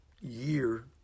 year